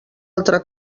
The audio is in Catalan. altra